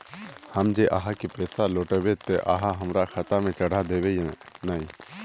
हम जे आहाँ के पैसा लौटैबे ते आहाँ हमरा खाता में चढ़ा देबे नय?